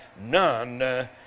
none